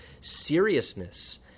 seriousness